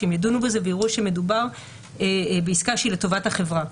שהם ידונו בזה ויראו שמדובר בעסקה שהיא לטובת החברה.